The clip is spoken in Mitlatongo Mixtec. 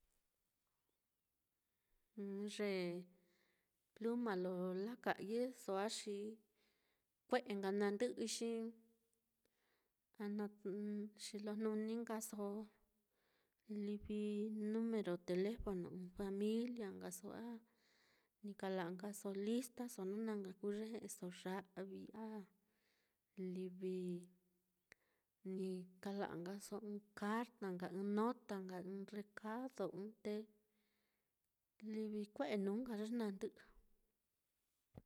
ye pluma lo laka'yɨso á, xi kue'e nka na ndɨ'ɨi xi xijlojnuni nkaso livi numero telefono ɨ́ɨ́n familia nkaso, a ni kala'a nkaso listaso, na nka kuu ye o ya'vi, a livi ni kala'a nkaso ɨ́ɨ́n carta, ɨ́ɨ́n nota nka, ɨ́ɨ́n recado ɨ́ɨ́n, te livi kue'e nuu nka ye nandɨ'ɨ.